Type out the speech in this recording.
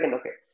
okay